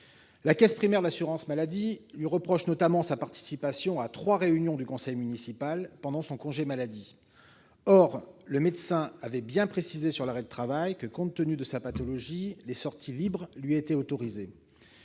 aucune indemnité. La CPAM lui reproche notamment sa participation à trois réunions du conseil municipal pendant son congé maladie. Or le médecin avait bien précisé sur l'arrêt de travail que, compte tenu de sa pathologie, les sorties libres lui étaient autorisées.